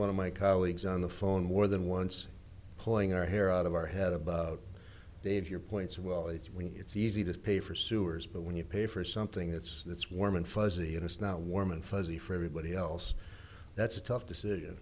one of my colleagues on the phone more than once pulling our hair out of our head about dave your points well it's when it's easy to pay for sewers but when you pay for something that's that's warm and fuzzy and it's not warm and fuzzy for everybody else that's a tough decision